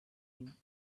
him